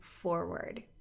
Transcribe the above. forward